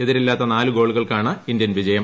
എതിരില്ലാത്ത നാലു ഗോളുകൾക്കാണ് ഇന്ത്യൻ വിജയം